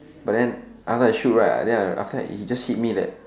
but then after I shoot right I then I feel like he just hit me like that